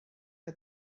que